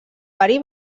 verí